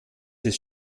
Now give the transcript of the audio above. ist